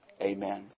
Amen